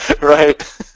Right